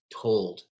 told